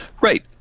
Right